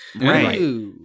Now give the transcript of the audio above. Right